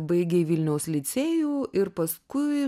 baigei vilniaus licėjų ir paskui